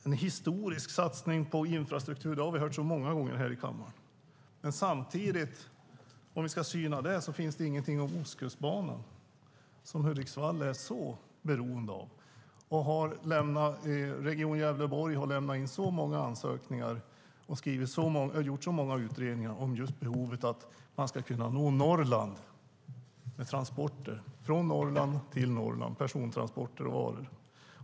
En historisk satsning på infrastruktur? Det har vi hört många gånger här i kammaren. Men det finns ingenting om Ostkustbanan, som Hudiksvall är så beroende av. Region Gävleborg har lämnat in så många ansökningar och gjort så många utredningar om behovet av person och varutransporter från och till Norrland.